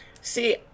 See